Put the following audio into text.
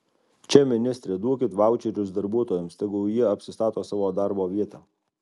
čia ministre duokit vaučerius darbuotojams tegul jie apsistato savo darbo vietą